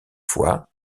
fois